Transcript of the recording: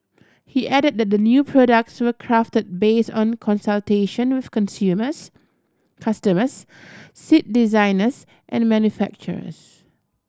he added that the new products were crafted based on consultation with consumers customers seat designers and manufacturers